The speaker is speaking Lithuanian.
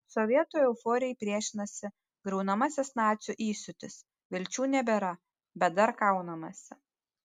sovietų euforijai priešinasi griaunamasis nacių įsiūtis vilčių nebėra bet dar kaunamasi